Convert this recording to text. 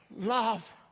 love